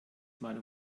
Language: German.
mal